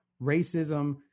racism